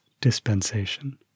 dispensation